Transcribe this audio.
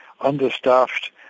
understaffed